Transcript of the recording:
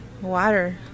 Water